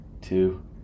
two